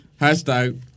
hashtag